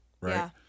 right